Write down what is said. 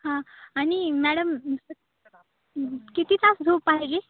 हां आणि मॅडम किती तास झोप पाहिजे